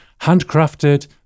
handcrafted